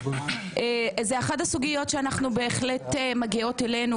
זו אחת הסוגיות שמגיעות אלינו